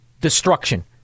Destruction